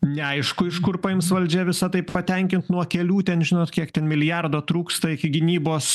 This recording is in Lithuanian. neaišku iš kur paims valdžia visą tai patenkint nuo kelių ten žinot kiek ten milijardo trūksta iki gynybos